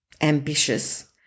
ambitious